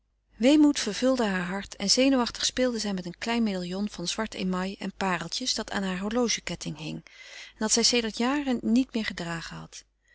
weemoed vervulde haar hart en zenuwachtig speelde zij met een klein medaillon van zwart émail en pareltjes dat aan haar horlogeketting hing en dat zij sedert jaren niet meer gedragen had